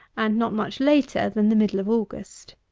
and not much later than the middle of august.